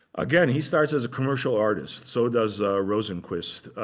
again, he starts as a commercial artist. so does rosenquist.